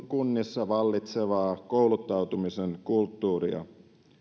kunnissa vallitsevaa kouluttautumisen kulttuuria